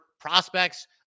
prospects